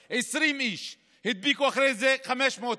במסעדות, ש-20 איש הדביקו אחרי זה 500 איש,